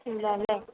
ഇല്ലാലേ